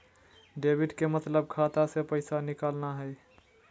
debit के मतलब खाता से पैसा निकलना हय